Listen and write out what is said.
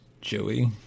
Joey